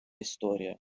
історія